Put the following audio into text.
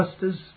justice